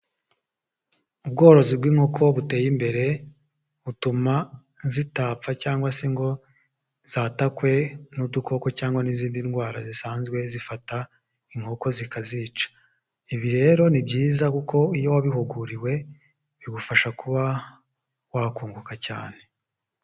Ubworozi bw'inkoko buteye imbere, butuma zitapfa cyangwa se ngo zatakwe n'udukoko cyangwa n'izindi ndwara zisanzwe zifata inkoko zikazica. Ibi rero ni byiza kuko iyo wabihuguriwe bigufasha kuba wakunguka cyane.